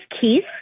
Keith